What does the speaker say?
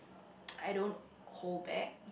I don't hold back